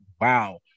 Wow